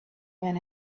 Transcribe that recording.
man